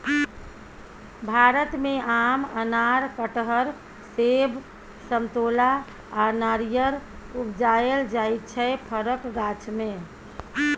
भारत मे आम, अनार, कटहर, सेब, समतोला आ नारियर उपजाएल जाइ छै फरक गाछ मे